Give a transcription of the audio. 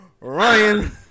Ryan